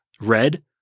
red